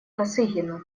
косыгину